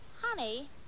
Honey